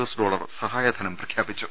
S dollar സഹായധനം പ്രഖ്യാപിച്ചു